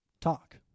talk